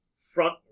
front